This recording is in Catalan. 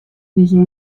visió